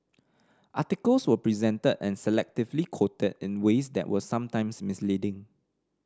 articles were presented and selectively quoted in ways that were sometimes misleading